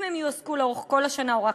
אם הם יועסקו לאורך כל השנה או רק,